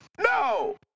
No